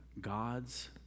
God's